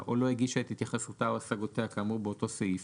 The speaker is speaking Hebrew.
הגישה את התייחסותה ועל סמכויות ביצועאו השגותיה כאמור באותו סעיף,